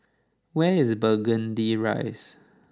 where is Burgundy Rise